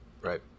Right